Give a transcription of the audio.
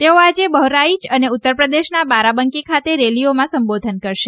તેઓ આજે બહરાઇચ અને ઉત્તરપ્રદેશના બારાબંકી ખાતે રેલીઓમાં સંબોધન કરશે